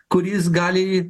kuris gali